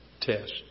test